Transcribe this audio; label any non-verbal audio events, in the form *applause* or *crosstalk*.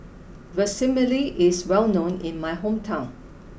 *unintelligible* is well known in my hometown